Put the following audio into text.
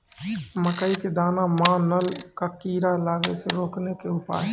मकई के दाना मां नल का कीड़ा लागे से रोकने के उपाय?